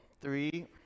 three